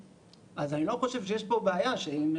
אז אני לא חושב שאם הם